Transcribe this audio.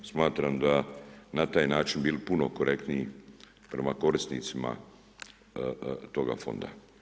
Smatram da na taj način bi bili puno korektniji prema korisnicima toga fonda.